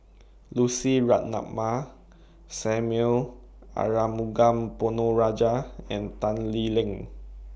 Lucy Ratnammah Samuel Arumugam Ponnu Rajah and Tan Lee Leng